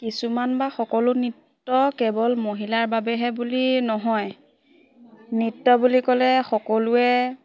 কিছুমান বা সকলো নৃত্য কেৱল মহিলাৰ বাবেহে বুলি নহয় নৃত্য বুলি ক'লে সকলোৱে